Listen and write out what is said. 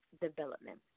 development